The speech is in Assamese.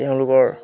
তেওঁলোকৰ